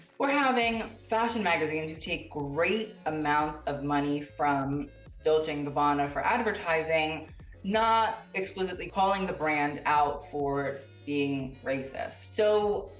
we're having fashion magazines who take great amounts of money from dolce and gabbana for advertising not explicitly calling the brand out for being racist. so,